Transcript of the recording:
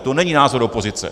To není názor opozice.